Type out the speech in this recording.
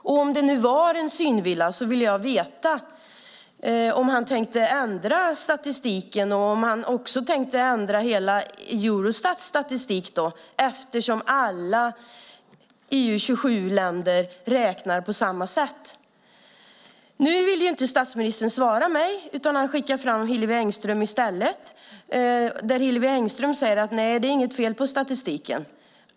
Och om det nu var en synvilla ville jag veta om han tänkte ändra i statistiken, också i hela Eurostats statistik, eftersom alla EU:s 27 länder räknar på samma sätt. Nu vill inte statsministern svara mig, utan han skickar i stället fram Hillevi Engström. Och Hillevi Engström säger: Nej, det är inget fel på statistiken.